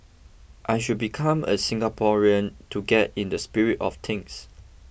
I should become a Singaporean to get in the spirit of things